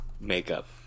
makeup